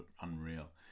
unreal